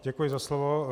Děkuji za slovo.